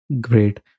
Great